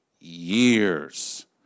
years